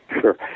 Sure